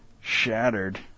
shattered